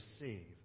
receive